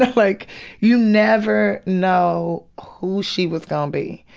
like you never know who she was gonna be,